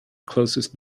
closest